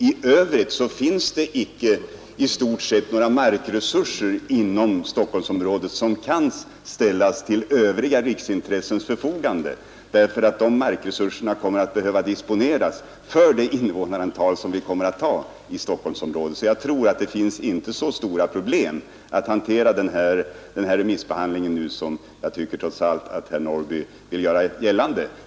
I övrigt finns det i stort sett inte några markresurser inom Stockholmsområdet, som kan ställas till övriga riksintressens förfogande, därför att markresurserna kommer att behöva disponeras för det invånarantal man kommer att ha i Stockholmsområdet. Jag tror sålunda inte att det är så stora problem när det gäller att hantera denna remissbehandling som jag trots allt tycker att herr Norrby vill göra gällande.